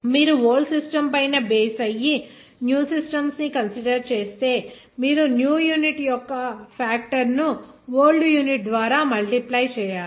మీరు old system పైన base అయ్యి న్యూ సిస్టమ్స్ ను కన్సిడర్ చేస్తే మీరు న్యూ యూనిట్ యొక్క ఫాక్టర్ ను ఓల్డ్ యూనిట్ ద్వారా మల్టీప్లై చేయాలి